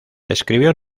escribió